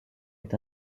est